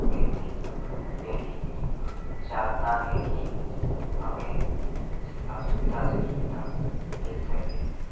व्यक्ति यहीं चाहता है कि हमें जितना सुविधा से सुविधा मिल सके